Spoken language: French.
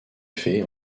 fée